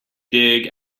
dig